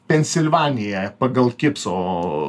pensilvanija pagal kibso